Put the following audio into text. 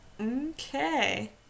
Okay